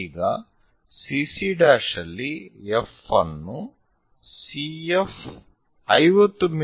ಈಗ CC' ಅಲ್ಲಿ F ಅನ್ನು CF 50 ಮಿ